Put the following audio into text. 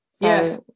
yes